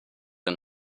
den